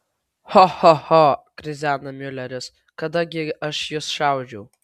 cho cho cho krizena miuleris kada gi aš jus šaudžiau